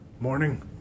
morning